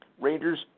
Rangers